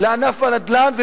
לענף הנדל"ן,